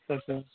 सोर